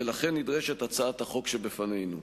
ולכן נדרשת הצעת החוק שלפנינו.